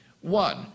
One